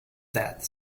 that